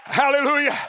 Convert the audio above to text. Hallelujah